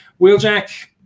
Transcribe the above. Wheeljack